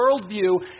worldview